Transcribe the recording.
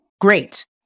great